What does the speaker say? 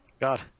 God